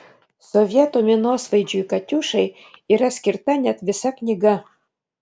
sovietų minosvaidžiui katiušai yra skirta net visa knyga